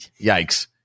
Yikes